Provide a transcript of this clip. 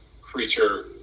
creature